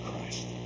Christ